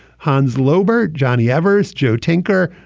hans lobert. johnny evers. joe tinker.